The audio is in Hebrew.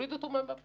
תוריד אותו מהמפה.